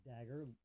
dagger